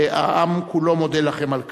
והעם כולו מודה לכם על כך,